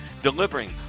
Delivering